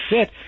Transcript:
fit